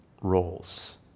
roles